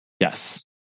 Yes